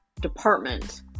department